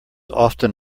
often